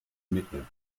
mittel